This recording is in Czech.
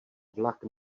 vlak